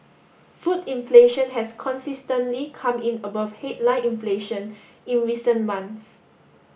food inflation has consistently come in above headline inflation in recent months